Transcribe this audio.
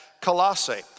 Colossae